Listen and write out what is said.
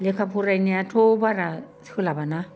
लेखा फरायनायाथ' बारा सोलाबाना